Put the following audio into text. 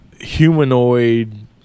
humanoid